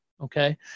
okay